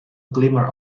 glimmer